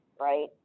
right